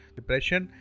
depression